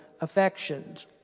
affections